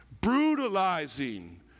brutalizing